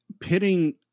pitting